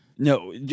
No